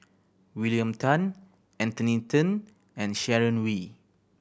William Tan Anthony Then and Sharon Wee